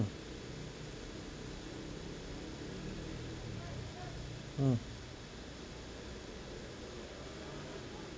mm